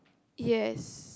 yes